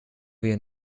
wir